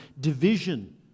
Division